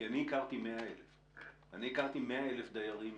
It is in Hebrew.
כי אני הכרתי 100,000. אני הכרתי 100,000 דיירים.